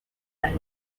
las